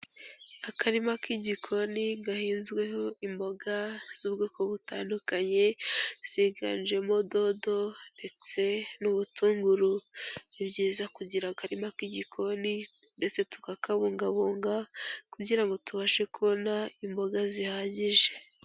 Akarima k'igikoni gahinzweho imboga z'ubwoko butandukanye ziganjemo dodo ndetse n'ubutunguru. Ni byiza kugira akarima k'igikoni ndetse tukakabungabunga kugira ngo tubashe kubona imboga zihagije.